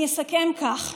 אני אסכם כך: